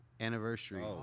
anniversary